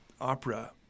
opera